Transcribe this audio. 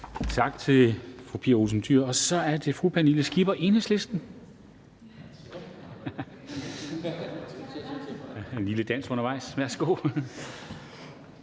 Tak til fru Pia Olsen Dyhr. Så er det fru Pernille Skipper, Enhedslisten. Der er en lille dans undervejs. (Munterhed).